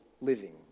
living